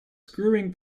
screwing